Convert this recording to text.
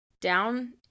down